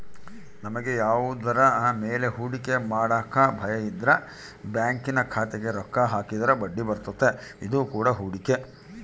ನಮಗೆ ಯಾವುದರ ಮೇಲೆ ಹೂಡಿಕೆ ಮಾಡಕ ಭಯಯಿದ್ರ ಬ್ಯಾಂಕಿನ ಖಾತೆಗೆ ರೊಕ್ಕ ಹಾಕಿದ್ರ ಬಡ್ಡಿಬರ್ತತೆ, ಇದು ಕೂಡ ಹೂಡಿಕೆ